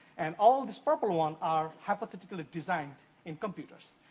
and all these purple ones are hypothetical design in computers.